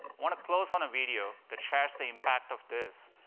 want to close on a video that shares the impact of this